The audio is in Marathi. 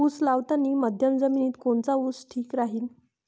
उस लावतानी मध्यम जमिनीत कोनचा ऊस ठीक राहीन?